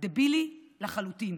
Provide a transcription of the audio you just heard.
דבילי לחלוטין.